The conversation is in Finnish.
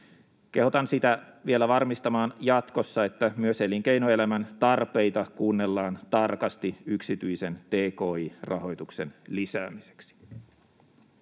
Kehotan vielä varmistamaan jatkossa, että myös elinkeinoelämän tarpeita kuunnellaan tarkasti yksityisen tki-rahoituksen lisäämiseksi.